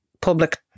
public